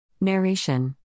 Narration